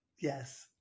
Yes